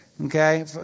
Okay